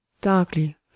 darkly